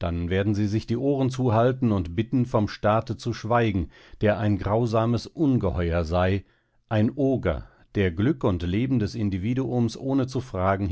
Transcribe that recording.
dann werden sie sich die ohren zuhalten und bitten vom staate zu schweigen der ein grausames ungeheuer sei ein oger der glück und leben des individuums ohne zu fragen